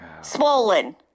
swollen